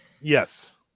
Yes